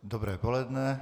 Dobré poledne.